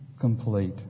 complete